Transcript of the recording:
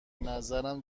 نظرم